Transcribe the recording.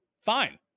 Fine